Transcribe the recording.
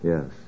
Yes